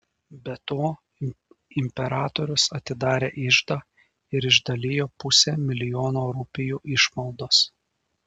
be to imperatorius atidarė iždą ir išdalijo pusę milijono rupijų išmaldos